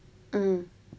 mm